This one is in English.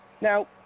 Now